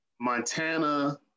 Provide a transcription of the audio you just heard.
Montana